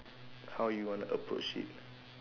how you wanna approach it